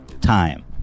time